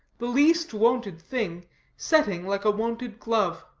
the least wonted thing setting like a wonted glove.